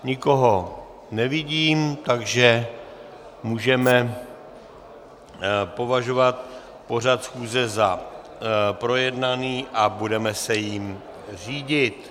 Nikoho nevidím, takže můžeme považovat pořad schůze za projednaný a budeme se jím řídit.